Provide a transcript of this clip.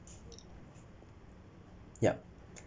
yup